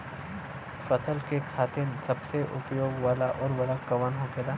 फसल के खातिन सबसे उपयोग वाला उर्वरक कवन होखेला?